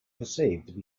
perceived